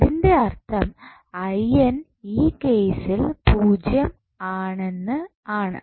അതിന്റെ അർത്ഥം ഈ കേസിൽ 0 ആണെന്ന് ആണ്